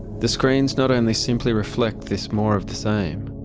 the screens not only simply reflect this more of the same,